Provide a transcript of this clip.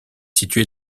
situé